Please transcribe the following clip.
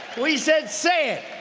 we said, say it.